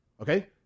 okay